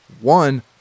one